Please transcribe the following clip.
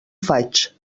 faig